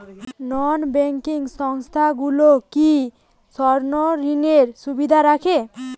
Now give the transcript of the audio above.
নন banking সংস্থাগুলো কি স্বর্ণঋণের সুবিধা রাখে?